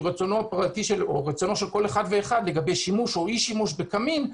רצונו של כל אחד ואחד גלבי שימוש או אי שימוש בקמין,